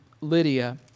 Lydia